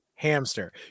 hamster